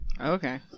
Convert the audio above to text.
Okay